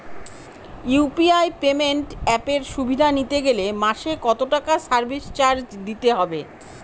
UPI payment অ্যাপের সুবিধা নিতে গেলে মাসে কত টাকা সার্ভিস চার্জ দিতে হবে?